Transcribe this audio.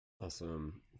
awesome